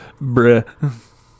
Bruh